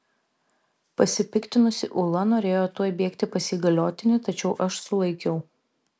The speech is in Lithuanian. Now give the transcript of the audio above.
pasipiktinusi ula norėjo tuoj bėgti pas įgaliotinį tačiau aš sulaikiau